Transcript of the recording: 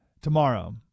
tomorrow